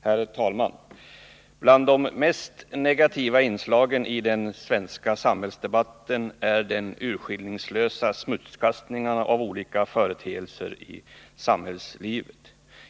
Herr talman! Ett av de mest negativa inslagen i den svenska samhällsdebatten är den urskillningslösa smutskastningen av olika företeelser i samhällslivet.